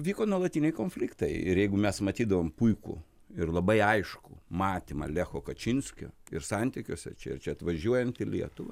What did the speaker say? vyko nuolatiniai konfliktai ir jeigu mes matydavom puikų ir labai aiškų matymą lecho kačinskio ir santykiuose čia ir čia atvažiuojant į lietuvą